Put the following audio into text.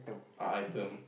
uh item